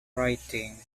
writing